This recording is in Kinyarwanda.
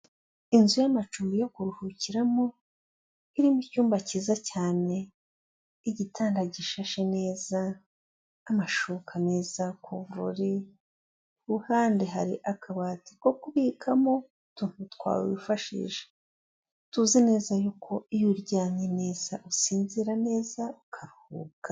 Inzu y'amacumbi yo kuruhukiramo irimo icyumba cyiza cyane, igitanda gishashe neza, amashuka meza, kuvururi, ku ruhande hari akabati ko kubikamo utuntu twawifashisha tuzi neza yuko iyo uryamye neza usinzira neza ukaruhuka.